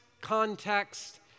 context